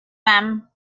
them